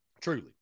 Truly